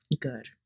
good